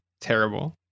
terrible